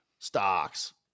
stocks